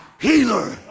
healer